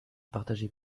partager